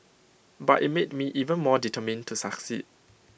but IT made me even more determined to succeed